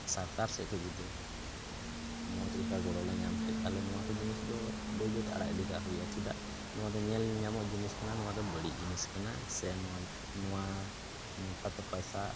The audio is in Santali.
ᱥᱚᱨᱠᱟᱨ ᱥᱮᱫ ᱠᱷᱚᱱ ᱡᱩᱫᱤ ᱢᱚᱡᱽ ᱞᱮᱠᱟ ᱜᱚᱲᱚᱞᱮ ᱧᱟᱢ ᱠᱮ ᱛᱟᱦᱚᱞᱮ ᱱᱚᱣᱟ ᱠᱚ ᱡᱤᱱᱤᱥ ᱫᱚ ᱵᱟᱹᱭ ᱵᱟᱹᱭ ᱛᱮ ᱟᱲᱟᱜ ᱜᱤᱰᱤ ᱠᱟᱜ ᱦᱩᱭᱩᱜ ᱪᱮᱫᱟᱜ ᱱᱚᱣᱟ ᱫᱚ ᱧᱮᱞ ᱧᱟᱢᱚᱜ ᱡᱤᱱᱤᱥ ᱠᱟᱱᱟ ᱱᱚᱣᱟᱫᱚ ᱵᱟᱹᱲᱤᱡ ᱡᱤᱱᱤᱥ ᱠᱟᱱᱟ ᱥᱮ ᱱᱚᱣᱟ ᱱᱚᱝᱠᱟᱛᱮ ᱯᱚᱭᱥᱟ